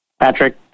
Patrick